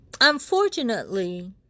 unfortunately